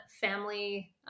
family